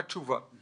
התשובה: